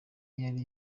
yari